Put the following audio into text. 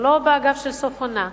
או לא באגף של סוף עונה.